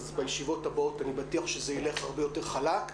אז בישיבות הבאות אני בטוח שזה ילך הרבה יותר חלק.